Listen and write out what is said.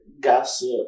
gossip